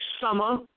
summer